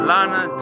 Lana